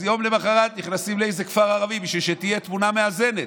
אז יום למוחרת נכנסים לאיזה כפר ערבי בשביל שתהיה תמונה מאזנת.